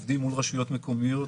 עובדים מול רשויות מקומיות,